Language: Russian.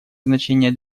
значение